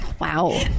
wow